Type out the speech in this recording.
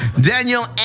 Daniel